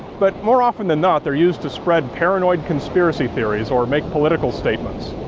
but more often than not they're used to spread paranoid conspiracy theories or make political statements.